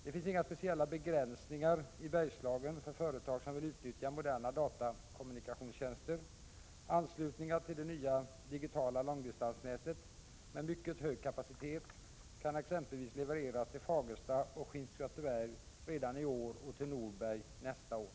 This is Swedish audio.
Det finns inga speciella begränsningar i Bergslagen för företag som vill utnyttja moderna datakommunikationstjänster. Anslutningar till det nya digitala långdistansnätet med mycket hög kapacitet kan exempelvis levereras till Fagersta och Skinnskatteberg redan i år och till Norberg nästa år.